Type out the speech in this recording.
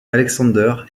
alexander